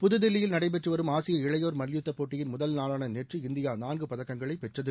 புதுதில்லியில் நடைபெற்று வரும் ஆசிய இளையோர் மல்யுத்தப்போட்டியில் முதல்நாளான நேற்று இந்தியா நான்கு பதக்கங்களை பெற்றது